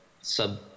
sub